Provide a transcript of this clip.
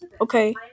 Okay